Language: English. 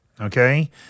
okay